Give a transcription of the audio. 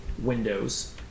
windows